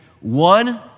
One